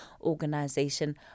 organization